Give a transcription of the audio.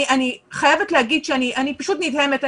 אני חייבת להגיד שאני פשוט נדהמת.